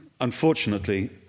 unfortunately